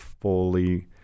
fully